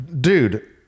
Dude